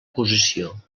posició